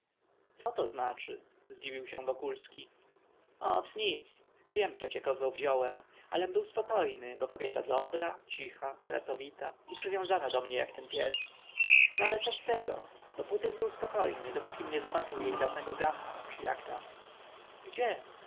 co to znaczy zdziwił się wokulski ot nic wiem przecie kogo wziąłem alem był spokojny bo kobieta dobra cicha pracowita i przywiązana do mnie jak ten pies no ale co z tego dopótym był spokojny dopókim nie zobaczył jej dawnego gacha czy jak tam gdzie